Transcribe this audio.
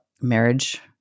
marriage